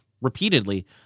repeatedly